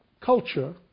culture